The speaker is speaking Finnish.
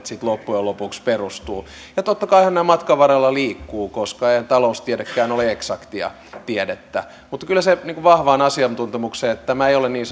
sitten loppujen lopuksi perustuvat ja totta kai nämä matkan varrella liikkuvat koska eihän taloustiedekään ole eksaktia tiedettä mutta kyllä se vahvaan asiantuntemukseen perustuu että tämä ei ole niin